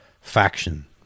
faction